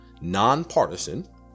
nonpartisan